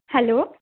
hello